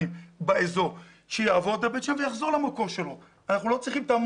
באזור - כך שהם יעברו בבית שאן ויחזרו למקור שלהם.